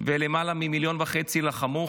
ולמעלה ממיליון וחצי לחמו,